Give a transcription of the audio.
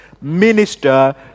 minister